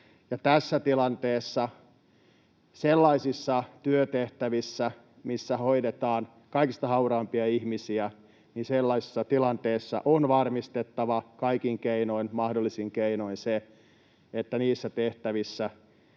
Tässä tilanteessa sellaisissa työtehtävissä, missä hoidetaan kaikista hauraimpia ihmisiä, on varmistettava kaikin mahdollisin keinoin, että niissä tehtävissä